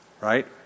Right